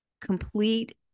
complete